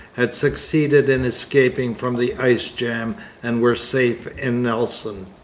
had succeeded in escaping from the ice jam and were safe in nelson.